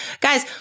guys